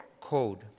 code